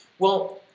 well,